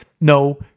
No